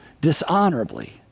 dishonorably